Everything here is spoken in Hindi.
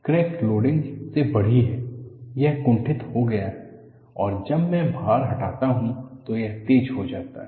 क्रैक लोडिंग से बढ़ी है यह कुंठित हो गया है और जब मैं भार हटाता हूं तो यह तेज हो जाता है